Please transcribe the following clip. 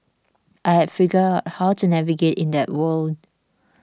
I had figured out how to navigate in that world